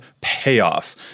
payoff